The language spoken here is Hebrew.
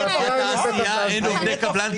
לתעשייה אין עובדי קבלן?